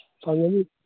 ꯐꯪꯒꯅꯤ